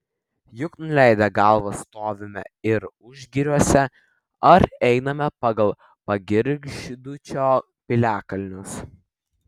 juk nuleidę galvas stovime ir užgiriuose ar einame pagal pagirgždūčio piliakalnius